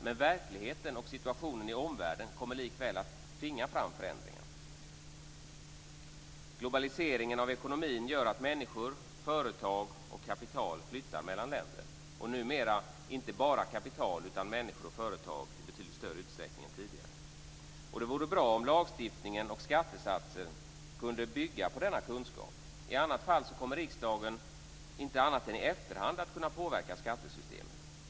Men verkligheten, och situationen i omvärlden, kommer likväl att tvinga fram förändringar. Globaliseringen av ekonomin gör att människor, företag och kapital flyttar mellan länder. Numera är det inte bara kapital, utan även människor och företag i betydligt större utsträckning än tidigare. Det vore bra om lagstiftningen och skattesatser kunde bygga på denna kunskap. I annat fall kommer riksdagen att inte annat än i efterhand kunna påverka skattesystemet.